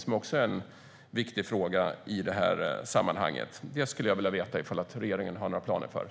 Det är också en viktig fråga i det här sammanhanget, och jag skulle vilja veta om regeringen har några sådana planer.